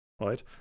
right